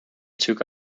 took